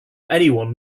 anyone